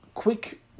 Quick